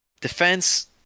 Defense